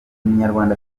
munyarwanda